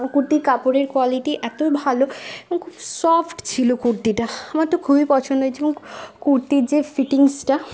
আমার কুর্তির কাপড়ের কোয়ালিটি এতই ভালো এবং খুব সফ্ট ছিল কুর্তিটা আমার তো খুবই পছন্দ হয়েছে এবং কুর্তির যে ফিটিংসটা